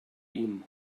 ihm